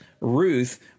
Ruth